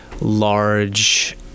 large